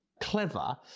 clever